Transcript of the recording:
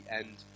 end